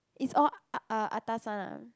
it's all a~ atas one ah